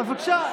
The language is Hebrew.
אז בבקשה.